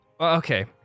Okay